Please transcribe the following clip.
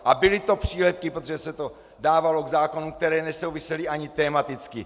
A byly to přílepky, protože se to dávalo k zákonům, které nesouvisely ani tematicky.